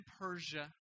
Persia